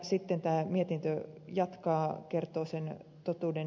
sitten mietinnössä jatketaan ja kerrotaan totuus